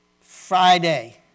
Friday